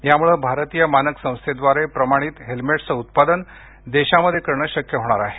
यामुळे भारतीय मानक संस्थेद्वारे प्रमाणित हेल्मेट्सचं उत्पादन देशामध्ये करणं शक्य होणार आहे